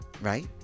right